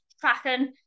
tracking